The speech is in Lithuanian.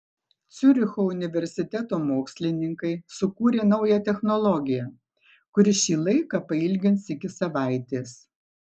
ciuricho universiteto mokslininkai sukūrė naują technologiją kuri šį laiką pailgins iki savaitės